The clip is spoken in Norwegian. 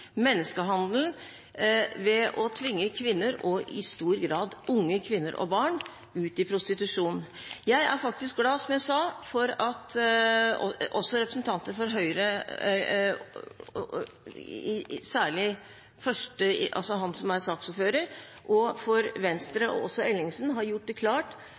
ved å tvinge kvinner – i stor grad unge kvinner og barn – ut i prostitusjon. Jeg er, som jeg sa, glad for at også representanter for Høyre, særlig saksordføreren, for Venstre, og også Ellingsen, har gjort det klart at man er imot menneskehandel, imot hallikvirksomhet, og